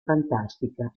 fantastica